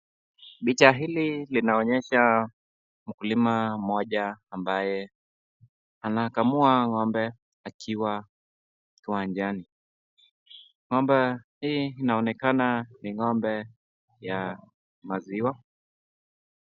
Picha hili linaonyesha mkulima moja ambaye anakamua ngo'mbe akiwa kiwanjani, ngo'mbe huyu anaonekana ni ngo'mbe ya maziwa.